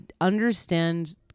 understand